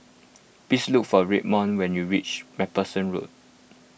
please look for Redmond when you reach MacPherson Road